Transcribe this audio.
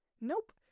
Nope